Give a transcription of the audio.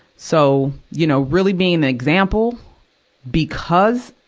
so, you know, really being the example because,